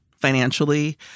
financially